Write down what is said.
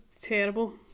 terrible